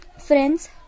friends